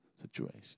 situation